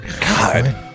God